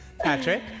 Patrick